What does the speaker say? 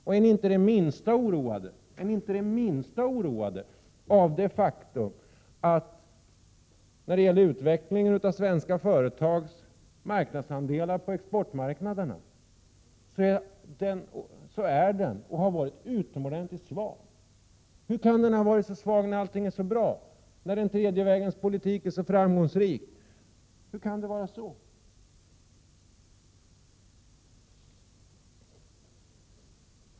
Är ni inte det minsta oroade av det faktum att utvecklingen av svenska företags andelar på exportmarknaderna är och har varit utomordentligt svag? Hur kan den ha varit så svag när allting är så bra, när den tredje vägens politik är så framgångsrik?